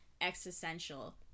existential